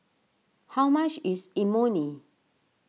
how much is Imoni